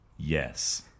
Yes